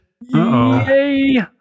Yay